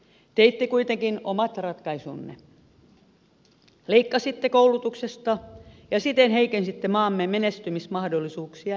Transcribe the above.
teitte kuitenkin omat ratkaisunne leikkasitte koulutuksesta ja siten heikensitte maamme menestymismahdollisuuksia entisestään